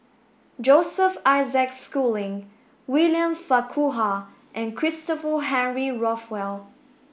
Joseph Isaac Schooling William Farquhar and Christopher Henry Rothwell